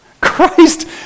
Christ